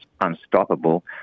unstoppable